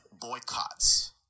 boycotts